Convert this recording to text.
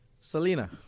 Selena